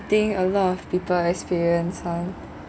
thing a lot of people experience lah